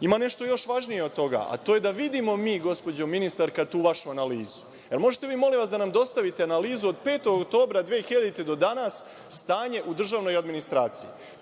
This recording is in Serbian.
Ima nešto još važnije od toga, a to je da vidimo mi, gospođo ministarka tu vašu analizu. Da li možete vi da nam molim vas dostavite analizu od 5. oktobara 2000. godine do danas stanje u državnoj administraciji.